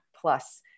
plus